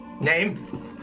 Name